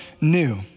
new